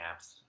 apps